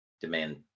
demand